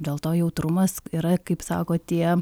dėl to jautrumas yra kaip sako tie